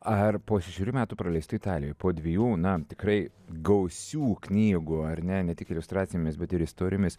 ar po šešerių metų praleistų italijoj po dvejų na tikrai gausių knygų ar ne ne tik iliustracijomis bet ir istorijomis